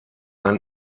ein